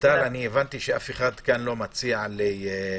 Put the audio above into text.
הבנתי שאף אחד כאן לא מציע להוסיף